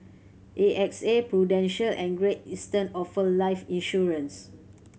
A X A Prudential and Great Eastern offer life insurance